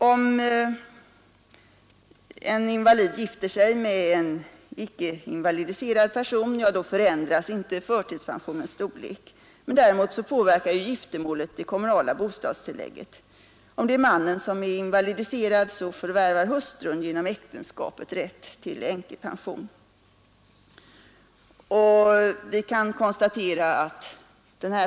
Om en invalid gifter sig med en icke invalidiserad person, förändras inte förtidspensionens storlek. Däremot påverkar giftermålet det kommunala bostadstillägget. Om det är mannen som är invalidiserad, förvärvar hustrun genom äktenskapet rätt till änkepension.